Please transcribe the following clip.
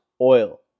oil